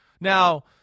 Now